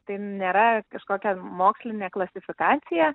tai nėra kažkokia mokslinė klasifikacija